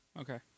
Okay